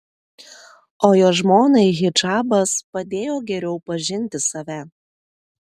o jo žmonai hidžabas padėjo geriau pažinti save